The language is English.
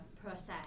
process